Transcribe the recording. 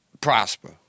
Prosper